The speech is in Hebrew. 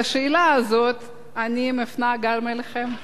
את השאלה הזאת אני מפנה גם אליכם.